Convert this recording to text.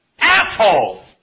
Asshole